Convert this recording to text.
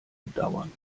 andauern